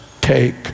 take